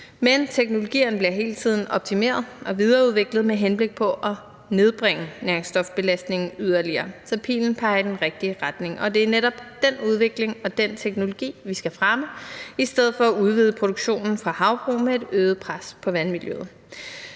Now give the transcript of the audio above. Men teknologierne bliver hele tiden optimeret og videreudviklet med henblik på at nedbringe næringsstofbelastningen yderligere, så pilen peger i den rigtige retning, og det er netop den udvikling og den teknologi, vi skal fremme i stedet for at udvide produktionen fra havbrug med et øget pres på vandmiljøet.